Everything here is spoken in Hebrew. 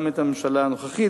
גם את הממשלה הנוכחית,